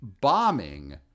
bombing